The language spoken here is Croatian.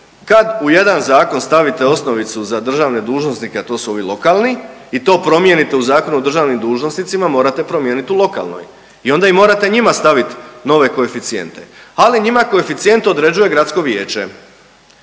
kad u jedan zakon stavite osnovicu za državne dužnosnike, a to su ovi lokalni i to promijenite u Zakonu o državnim dužnosnicima, morate promijeniti u lokalnoj. I onda i morate njima staviti nove koeficijente, ali njima koeficijent određuje gradsko vijeće.